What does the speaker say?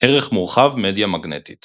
ערך מורחב – מדיה מגנטית